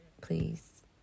Please